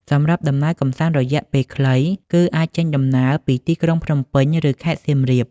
សម្រាប់ដំណើរកម្សាន្តរយៈពេលខ្លី គឺអាចចេញដំណើរពីទីក្រុងភ្នំពេញ ឬខេត្តសៀមរាប។